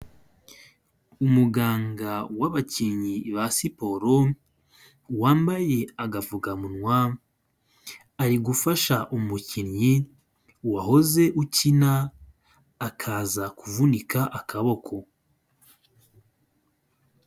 Umuganga w'abakinnyi ba siporo, wambaye agapfukamunwa, ari gufasha umukinnyi wahoze ukina akaza kuvunika akaboko.